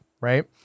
right